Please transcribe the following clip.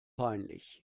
peinlich